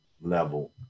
level